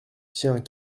tiens